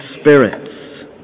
spirits